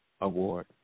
award